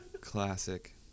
Classic